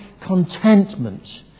contentment